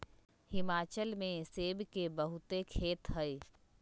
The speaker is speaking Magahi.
हिमाचल में सेब के बहुते खेत हई